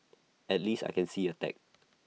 at least I can see A tag